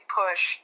push